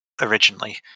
originally